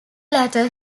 latter